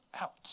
out